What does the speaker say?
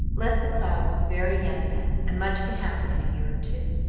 leslie cloud was very young yet, and much can happen in a year or two.